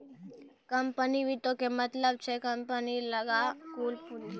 company वित्तो के मतलब छै कम्पनी लगां कुल पूंजी